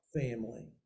family